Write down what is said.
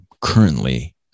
currently